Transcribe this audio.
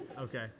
Okay